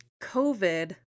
covid